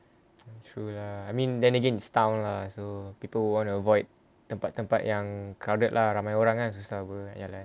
true lah I mean then again stung lah so people will want avoid tempat-tempat yang crowded lah ramai orang kan susah apa